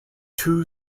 two